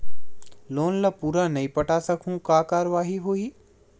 Loan ला पूरा नई पटा सकहुं का कारवाही होही?